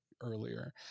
earlier